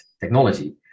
technology